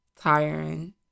tiring